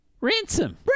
Ransom